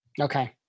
Okay